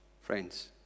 friends